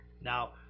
Now